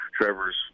Trevor's